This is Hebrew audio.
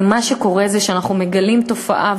מה שקורה זה שאנחנו מגלים תופעה,